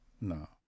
No